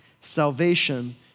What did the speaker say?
Salvation